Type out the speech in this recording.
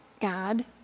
God